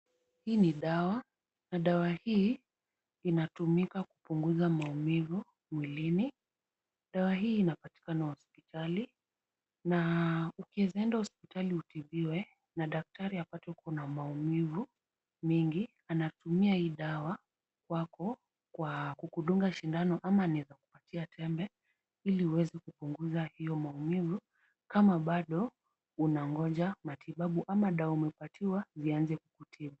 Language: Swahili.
Hii ni dawa na dawa hii inatumika kupunguza maumivu mwilini. dawa hii inapatikana hospitali na ukieza enda hospitali utibiwe na daktari apate ukona maumivu mingi anatumia hii dawa kwako kwa kukudunga shindano ama anaeza kukupatia tembe ili uweze kupunguza hiyo maumivu kama bado unangoja matibabu ama dawa umepatiwa ianze kukutibu.